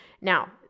Now